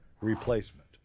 replacement